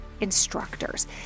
instructors